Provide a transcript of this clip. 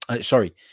Sorry